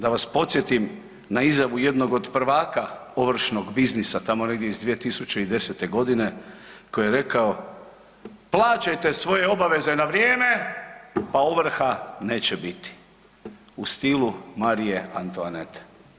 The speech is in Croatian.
Da vas podsjetim na izjavu jednog od prvaka ovršnog biznisa tamo negdje iz 2010. godine, koji je rekao, plaćajte svoje obaveze na vrijeme pa ovrha neće biti u stilu Marije Antoanete.